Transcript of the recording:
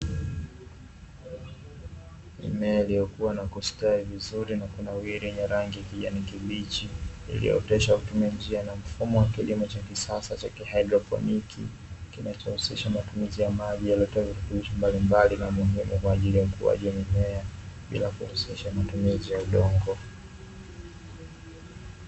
Mimea iliyokua na kustawi vizuri na kunawiri yenye rangi ya kijani kibichi, iliyooteshwa kwa kutumia njia na mfumo wa kilimo cha kisasa cha kihaidroponi, kinachohusisha matumizi ya maji yaliyotiwa virutubisho mbalimbali kwa ajili ya ukuaji wa mimea bila kuhusisha matumizi ya udongo.